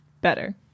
Better